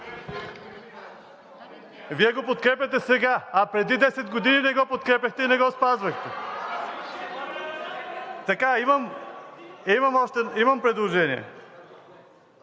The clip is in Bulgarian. Вие го подкрепяте сега, а преди 10 години не го подкрепяхте и не го спазвахте! Имам предложение.